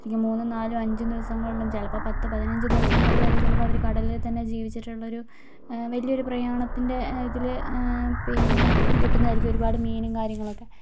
ശരിക്കും മൂന്ന് നാല് അഞ്ച് ദിവസങ്ങളോളം ചിലപ്പോൾ പത്ത് പതനഞ്ച് ദിവസങ്ങളിൽ വരെ ചിലപ്പോൾ അവര് കടലിൽ തന്നെ ജീവിച്ചിട്ടുള്ള ഒരു വലിയൊരു പ്രയാണത്തിൻ്റെ ഇതില് പിന്നെ കിട്ടുന്നതായിരിക്കും ഒരുപാട് മീനും കാര്യങ്ങളൊക്കെ